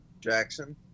Jackson